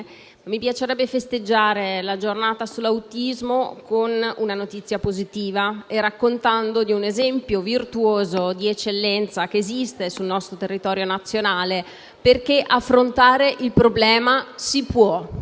Mi piacerebbe festeggiare la Giornata sull'autismo con una notizia positiva e raccontando un esempio virtuoso di eccellenza che esiste sul nostro territorio nazionale, perché affrontare il problema si può.